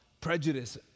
prejudice